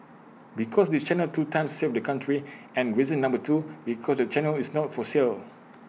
because this channel two times saved the country and reason number two because the channel is not for sale